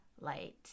light